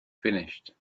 finished